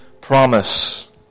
promise